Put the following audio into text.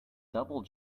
double